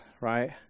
right